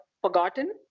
forgotten